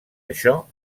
això